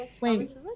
Wait